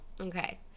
okay